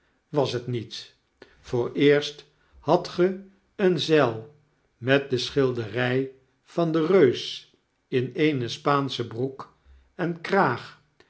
was t niet vooreerst hadt ge een zeil met de schildery van den reus in eene spaansche broek en kraag